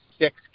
six